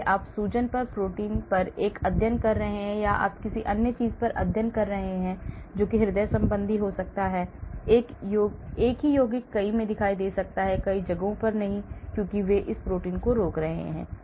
इसलिए आप सूजन पर प्रोटीन पर एक अध्ययन कर रहे हैं या आप किसी अन्य चीज पर अध्ययन कर रहे हैं हृदय संबंधी हो सकता है एक ही यौगिक कई में दिखाई दे सकता है कई जगहों पर नहीं क्योंकि वे इन प्रोटीन को रोक रहे हैं